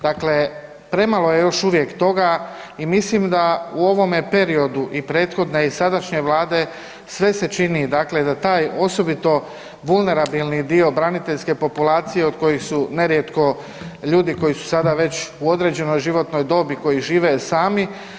Dakle, premalo je još uvijek toga i mislim da u ovome periodu i prethodne i sadašnje Vlade sve se čini, dakle da taj osobito vulnerabilni dio braniteljske populacije od kojih su nerijetko ljudi koji su sada već u određenoj životnoj dobi, koji žive sami.